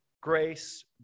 grace